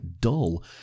dull